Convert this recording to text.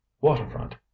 waterfront